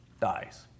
Dies